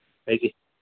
ꯑꯩꯒꯤ